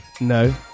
no